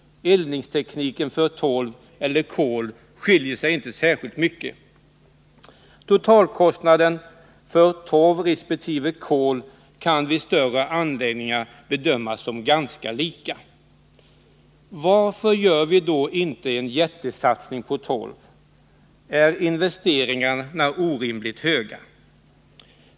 Eldningstekniken för torv och kol skiljer sig inte särskilt mycket. Totalkost naden för torv resp. kol kan vid större anläggningar bedömas som ganska lika. Varför gör vi då inte en jättesatsning på torv? Är investeringarna orimligt stora?